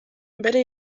bere